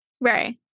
Right